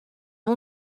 wol